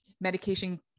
medication-